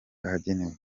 ahagenewe